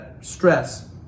stress